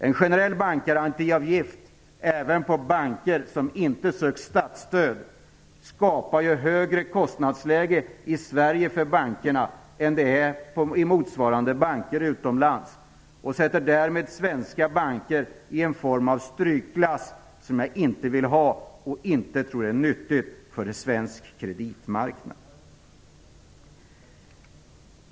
En generell bankgarantiavgift även på banker som inte sökt statsstöd skapar ju högre kostnadsläge för bankerna i Sverige än för motsvarande banker utomlands och sätter därmed svenska banker i en form av strykklass, som jag inte vill ha och inte tror är nyttig för svensk kreditmarknad.